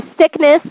sickness